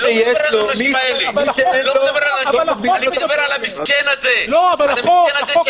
מי שיש לו --- אני מדבר על המסכן הזה שאין